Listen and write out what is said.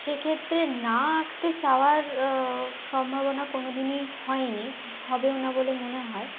সে ক্ষেত্রে না আঁকতে চাওয়ার সম্ভাবনা কোনোদিনই হয়নি হবেও না বলে মনে হয়